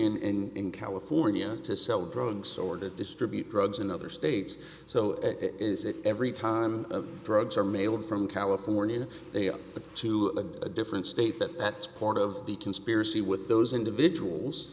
in california to sell drugs or to distribute drugs in other states so is it every time a drugs are mailed from california to a different state that that's part of the conspiracy with those individuals